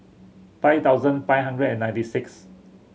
five thousand five hundred and ninety six